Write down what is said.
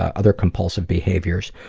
other compulsive behaviors,